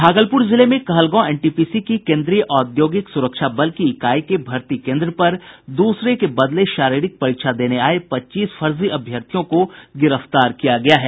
भागलपुर जिले में कहलगांव एनटीपीसी की केंद्रीय औधोगिक सुरक्षा बल की इकाई के भर्ती केंद्र पर दूसरे के बदले शारीरिक परीक्षा देने आये पच्चीस फर्जी अभ्यर्थियों को गिरफ्तार किया गया है